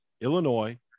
Illinois